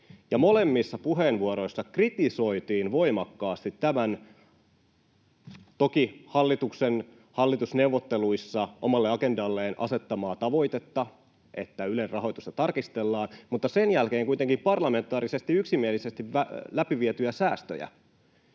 molemmissa puheenvuoroissa kritisoitiin voimakkaasti, toki hallituksen hallitusneuvotteluissa omalle agendalleen asettamaa tavoitetta, että Ylen rahoitusta tarkistellaan, mutta sen jälkeen kuitenkin parlamentaarisesti yksimielisesti läpivietyjä säästöjä.